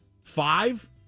Five